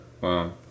wow